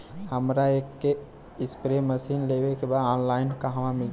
हमरा एक spray machine लेवे के बा ऑनलाइन कहवा मिली?